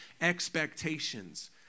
expectations